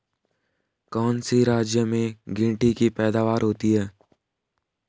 कौन से राज्य में गेंठी की पैदावार होती है?